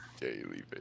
daily